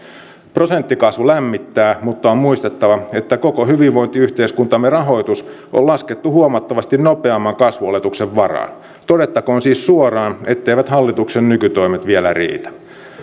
prosenttikasvu lämmittää mutta on muistettava että koko hyvinvointiyhteiskuntamme rahoitus on laskettu huomattavasti nopeamman kasvuoletuksen varaan todettakoon siis suoraan etteivät hallituksen nykytoimet vielä riitä